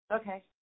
okay